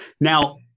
Now